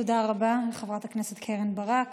תודה רבה לחברת הכנסת קרן ברק.